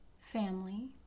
family